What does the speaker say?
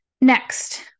Next